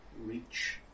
reach